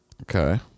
Okay